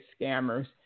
scammers